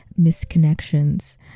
Misconnections